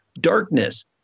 darkness